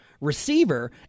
receiver